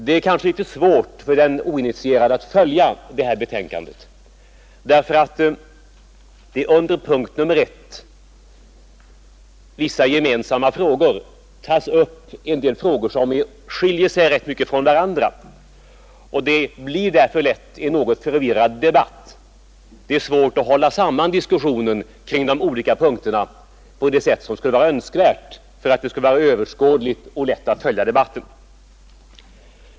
Det är kanske litet svårt för den oinitierade att följa det här betänkandet, eftersom det under punkten 1, Vissa gemensamma frågor, tas upp en del frågor som skiljer sig rätt mycket ifrån varandra. Det blir därför lätt en något förvirrad debatt. Det är svårt att hålla samman diskussionen kring de olika frågorna på det sätt som skulle vara önskvärt för att debatten skulle bli överskådlig och lätt att följa.